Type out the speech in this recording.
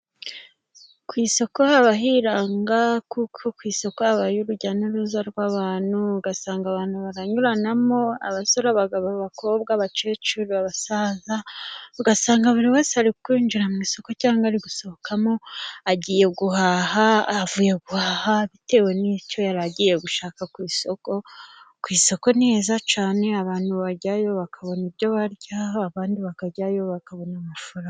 Ku isoko haba hiranga, kuko ku isoko habayo urujya n'uruza rw'abantu ugasanga abantu baranyuranamo, abasore n'abagabo, abakobwa, abakecuru , abasaza , ugasanga buri wese ari kwinjira mu isoko cyangwa ari gusohokamo, agiye guhaha ,avuye guhaha bitewe n'icyo yara agiye gushaka ku isoko. Ku isoko heza cyane, abantu bajyayo bakabona ibyo baryaho abandi bakajyayo bakabona amafaranga.